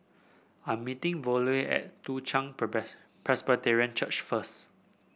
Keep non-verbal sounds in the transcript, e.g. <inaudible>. I'm meeting Vollie at Toong Chai <unintelligible> Presbyterian Church first